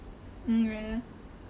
mm ya ya